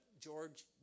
George